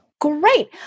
Great